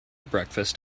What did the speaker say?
breakfast